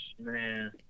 Man